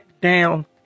down